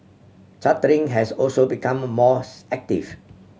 chartering has also become mores active